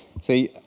See